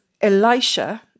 Elisha